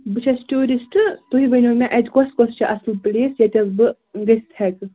بہٕ چھَس ٹیوٗرِسٹ تُہۍ ؤنِو مےٚ اَتہِ کۄس کۄس چھِ اَصٕل پٕلیس ییٚتٮ۪س بہٕ گٔژھِتھ ہیٚکہٕ